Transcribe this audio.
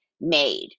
made